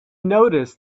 noticed